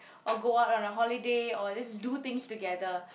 or go out on a holiday or just do things together